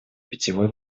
питьевой